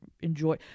enjoy